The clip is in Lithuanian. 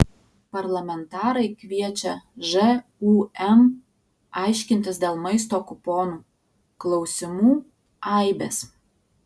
parlamentarai kviečia žūm aiškintis dėl maisto kuponų klausimų aibės